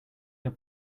your